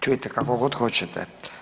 Čujte kako god hoćete.